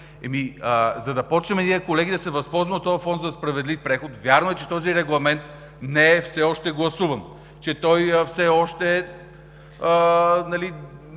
За да започнем ние, колеги, да се възползваме от този Фонд за справедлив преход – вярно е, че този регламент все още не е гласуван, че той все още е